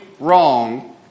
wrong